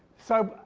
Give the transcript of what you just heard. so,